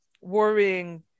worrying